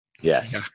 Yes